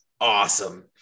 awesome